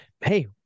hey